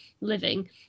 living